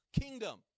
kingdom